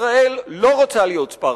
ישראל לא רוצה להיות ספרטה.